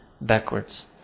backwards